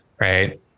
Right